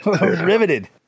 riveted